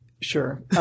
Sure